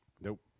Nope